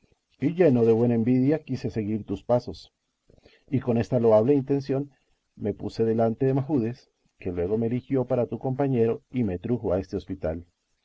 lleno de buena envidia quise seguir tus pasos y con esta loable intención me puse delante de mahudes que luego me eligió para tu compañero y me trujo a este hospital